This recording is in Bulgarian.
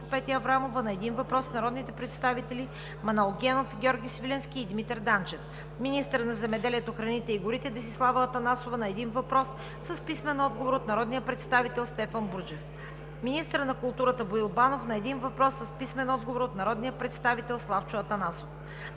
Петя Аврамова – на един въпрос от народните представители Манол Генов, Георги Свиленски и Димитър Данчев; - министърът на земеделието, храните и горите Десислава Танева – на един въпрос с писмен отговор от народния представител Стефан Бурджев; - министърът на културата Боил Банов – на един въпрос с писмен отговор от народния представител Славчо Атанасов.